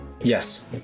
Yes